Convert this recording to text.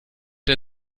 der